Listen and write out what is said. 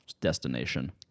destination